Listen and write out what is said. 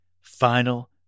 final